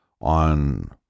on